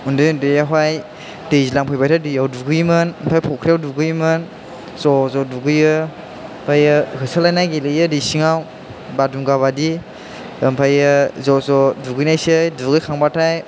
उन्दै उन्दैयावहाय दैज्लां फैबाथाय दैयाव दुगैयोमोन ओमफ्राय फुख्रियाव दुगैयोमोन ज' ज' दुगैयो ओमफ्रायो होसोलायनाय गेलेयो दै सिङाव बादुंगा बायदि ओमफ्रायो ज' ज' दुगैनायसै दुगैखांबाथाय